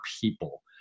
people